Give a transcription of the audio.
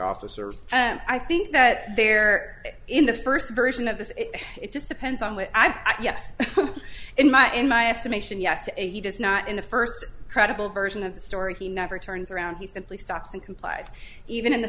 officer and i think that there in the first version of this it just depends on which i guess in my in my estimation yes he does not in the first credible version of the story he never turns around he simply stops and complies even in the